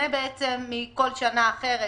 מכל שנה אחרת,